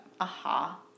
aha